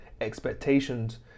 expectations